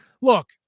look